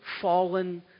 fallen